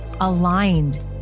aligned